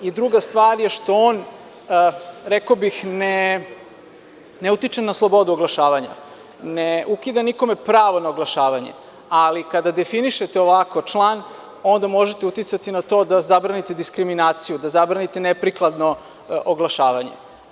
Druga stvar je što on, rekao bih, ne utiče na slobodu oglašavanja, ne ukida nikome pravo na oglašavanje, ali kada definišete ovako član, onda možete uticati na to da zabranite diskriminaciju, da zabranite neprikladno oglašavanje.